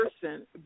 person